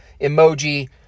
emoji